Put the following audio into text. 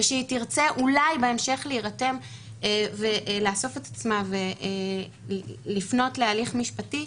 ושהיא תרצה אולי בהמשך להירתם ולאסוף את עצמה ולפנות להליך משפטי,